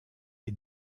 est